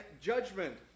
judgment